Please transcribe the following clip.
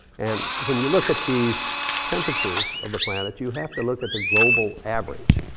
and when you look at these temperatures of the planet, you have to look at the global average.